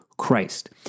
Christ